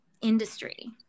industry